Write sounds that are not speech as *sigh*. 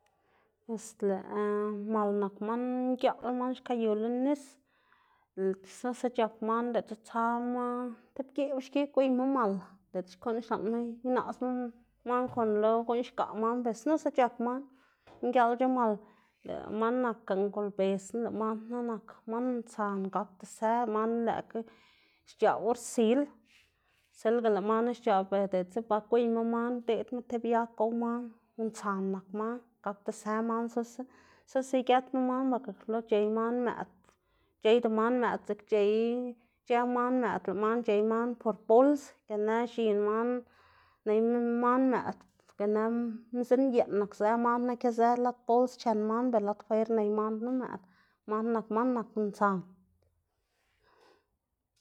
*noise* pues lëꞌ mal nak man ngiaꞌl man xka yu lën nis, xnusa c̲h̲ak man diꞌltsa tsama tib geꞌw xki gwiyma mal diꞌltsa xkuꞌn xlaꞌnma inaꞌsma man kon lo guꞌn xgaꞌ man, pues xnusa c̲h̲ak man, *noise* ngiaꞌlc̲h̲a mal lëꞌ man nakga ngolbezna lëꞌ man knu nak man ntsan nak gakda zë lëꞌ man knu lëꞌkga xc̲h̲aꞌ or sil, silga lëꞌ man knu xc̲h̲aꞌ ver diꞌltsa ba gwiyma man ideꞌdma tib yag gow man, ntsan nak man gakda së man snusa, snusa igëtma man porke lo c̲h̲ey man mëꞌd, c̲h̲eyda man mëꞌd ziꞌk ic̲h̲ë man mëꞌd, lëꞌ man c̲h̲ey man por bols, ginë x̱in man ney man mëꞌd, ginë mzinyeꞌn nakzë man knu kizë lad bols chen man knu, ber lad fwer ney man knu mëꞌd, man knu nak man nak ntsan. *noise*